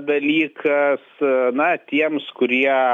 dalykas na tiems kurie